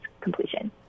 completion